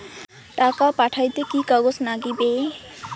টাকা পাঠাইতে কি কাগজ নাগীবে?